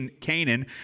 Canaan